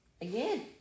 Again